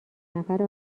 نفر